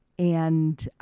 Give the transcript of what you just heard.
and